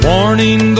Warning